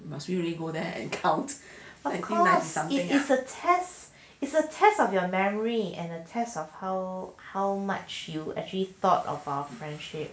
what you call that it is a test is a test of your memory and a test of how how much you actually thought of our friendship